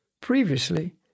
previously